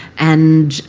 and